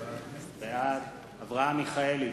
בעד אברהם מיכאלי,